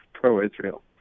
pro-Israel